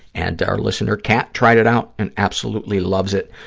and our listener, kat, tried it out and absolutely loves it,